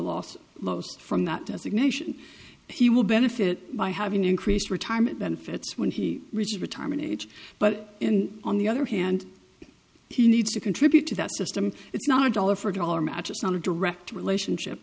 most from that designation he will benefit by having increased retirement benefits when he reaches retirement age but on the other hand he needs to contribute to that system it's not a dollar for dollar match on a direct relationship